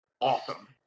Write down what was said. awesome